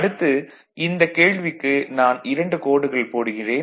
அடுத்து இந்த கேள்விக்கு நான் இரண்டு கோடுகள் போடுகிறேன்